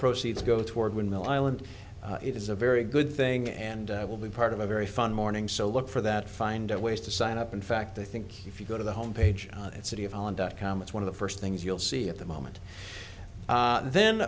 proceeds go toward windmill island it is a very good thing and will be part of a very fine morning so look for that find ways to sign up in fact i think if you go to the home page and city of holland dot com it's one of the first things you'll see at the moment then